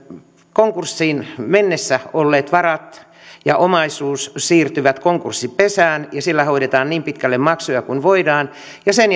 konkurssiin mennessä olleet varat ja omaisuus siirtyvät konkurssipesään ja sillä hoidetaan niin pitkälle maksuja kuin voidaan ja sen